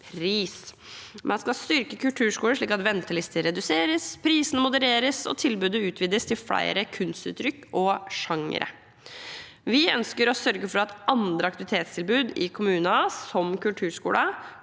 Man skal styrke kulturskolene, slik at ventelistene reduseres, prisene modereres og tilbudet utvides til flere kunstuttrykk og genrer. Vi ønsker å sørge for at andre aktivitetstilbud i kommuner, som kulturskolen,